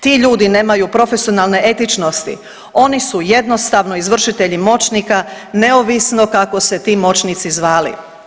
Ti ljudi nemaju profesionalne etičnosti, oni su jednostavno izvršitelji moćnika neovisno kako se ti moćnici zvali.